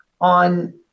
on